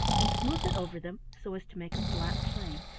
and smoothed it over them so as to make a flat plane,